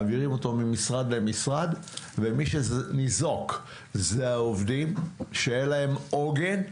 מעבירים אותו ממשרד למשרד ומי שניזוק זה העובדים שאין להם עוגן,